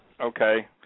Okay